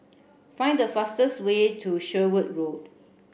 find the fastest way to Sherwood Road